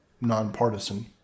nonpartisan